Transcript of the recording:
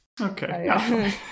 Okay